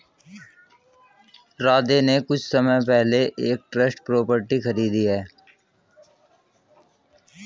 राधे ने कुछ समय पहले ही एक ट्रस्ट प्रॉपर्टी खरीदी है